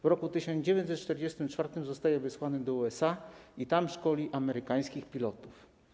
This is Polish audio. W roku 1944 został wysłany do USA i tam szkolił amerykańskich pilotów.